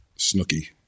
Snooky